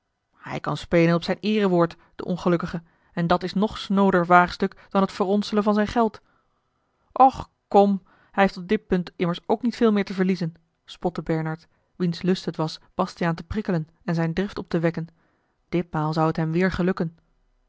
hij kan spelen op zijn eerewoord de ongelukkige en dat is nog snooder waagstuk dan t verronselen van zijn geld och kom hij heeft op dit punt immers ook niet veel meer te verliezen spotte bernard wiens lust het was bastiaan te prikkelen en zijne drift op te wekken ditmaal zou het hem weêr gelukken